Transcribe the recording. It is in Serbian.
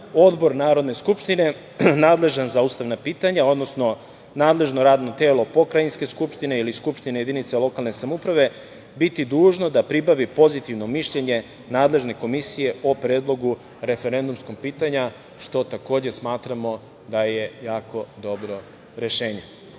odbor Narodne skupštine nadležan za ustavna pitanja, odnosno nadležno radno telo pokrajinske skupštine ili skupštine jedinice lokalne samouprave, biti dužno da pribavi pozitivno mišljenje nadležne komisije o predlogu referendumskog pitanja, što takođe smatramo da je jako dobro rešenje. Obzirom